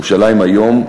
ירושלים היום,